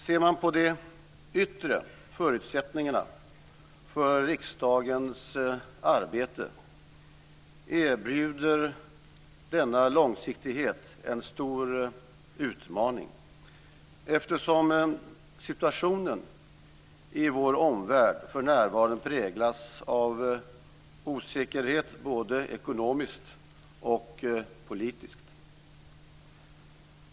Ser man på de yttre förutsättningarna för riksdagens arbete erbjuder denna långsiktighet en stor utmaning, eftersom situationen i vår omvärld för närvarande präglas av osäkerhet både ekonomiskt och politiskt.